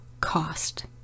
cost